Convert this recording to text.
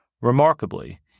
Remarkably